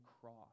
cross